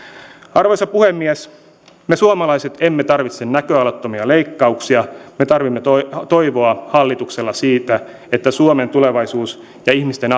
arvoisa puhemies me suomalaiset emme tarvitse näköalattomia leikkauksia me tarvitsemme hallitukselta toivoa siitä että suomen tulevaisuus ja ihmisten